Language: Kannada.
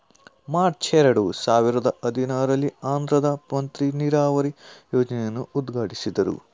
ಮಾರ್ಚ್ ಎರಡು ಸಾವಿರದ ಹದಿನಾರಲ್ಲಿ ಆಂಧ್ರದ್ ಮಂತ್ರಿ ನೀರಾವರಿ ಯೋಜ್ನೆನ ಉದ್ಘಾಟ್ಟಿಸಿದ್ರು